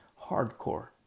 hardcore